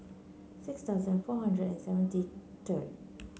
six thousand four hundred and seventy three third